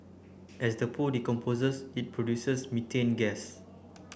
as the poo decomposes it produces methane gas